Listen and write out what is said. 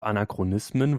anachronismen